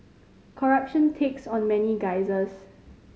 corruption takes on many guises